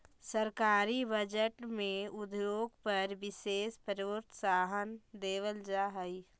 सरकारी बजट में उद्योग पर विशेष प्रोत्साहन देवल जा हई